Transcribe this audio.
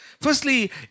Firstly